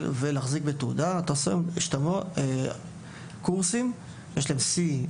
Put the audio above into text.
ולהחזיק בתעודה אתה עושה קורסים; יש להם C,